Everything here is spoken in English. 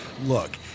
Look